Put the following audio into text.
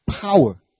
power